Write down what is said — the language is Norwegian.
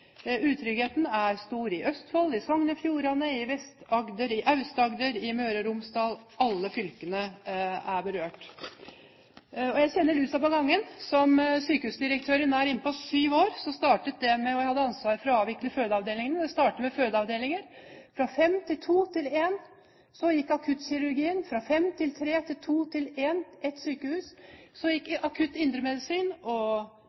Utryggheten er stor i Østfold, i Sogn og Fjordane, i Vest-Agder, i Aust-Agder, i Møre og Romsdal – alle fylkene er berørt. Jeg kjenner lusa på gangen. Som sykehusdirektør i nær innpå syv år, hadde jeg ansvar for å avvikle fødeavdelingene. Det startet med fødeavdelinger – fra fem til to til én. Så gikk akuttkirurgien, fra fem til tre til to til én – ett sykehus. Så gikk akutt indremedisin – og